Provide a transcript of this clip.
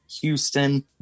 Houston